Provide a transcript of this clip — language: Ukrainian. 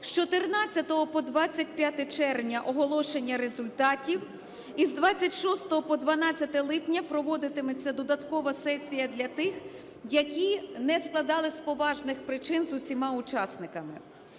З 14 по 25 червня -оголошення результатів. Із 26-го по 12 липня проводитиметься додаткова сесія для тих, які не складали з поважних причин з усіма учасниками.